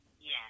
Yes